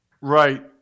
Right